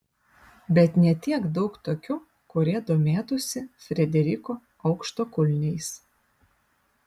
bet ne tiek daug tokių kurie domėtųsi frederiko aukštakulniais